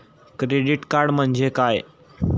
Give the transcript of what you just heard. Credit card म्हणजे काय?